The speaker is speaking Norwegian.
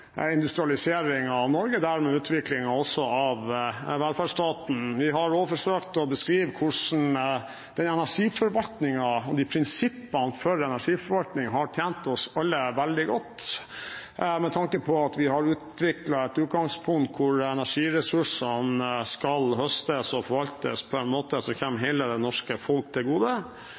av Norge og utviklingen av velferdsstaten. Vi har også forsøkt å beskrive hvordan energiforvaltningen og prinsippene for energiforvaltning har tjent oss alle veldig godt, med tanke på at vi har utviklet et utgangspunkt hvor energiressursene skal høstes og forvaltes på en måte som kommer hele det norske folket til gode.